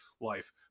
life